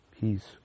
Peace